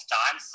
time